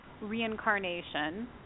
reincarnation